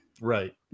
right